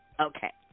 Okay